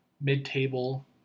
mid-table